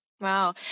Wow